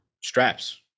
straps